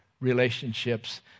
relationships